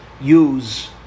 use